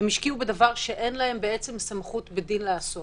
הם השקיעו בדבר שאין להם בעצם סמכות ודין לעשות